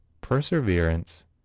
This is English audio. perseverance